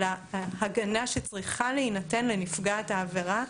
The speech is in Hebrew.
להגנה שצריכה להינתן לנפגעת העבירה,